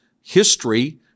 history